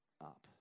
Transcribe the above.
up